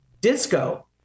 disco